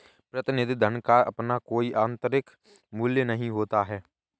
प्रतिनिधि धन का अपना कोई आतंरिक मूल्य नहीं होता है